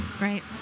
Right